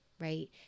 right